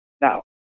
Now